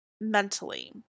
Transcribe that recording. mentally